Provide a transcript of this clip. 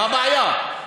מה הבעיה?